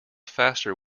faster